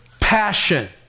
Passion